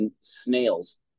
snails